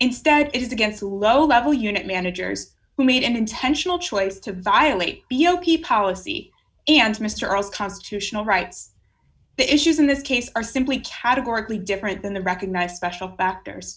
instead it is against a low level unit managers who made an intentional choice to violate b o p policy and mr us constitutional rights issues in this case are simply categorically different than the recognized special factors